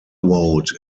vote